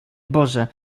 boże